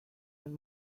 and